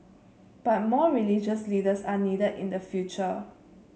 but more religious leaders are needed in the future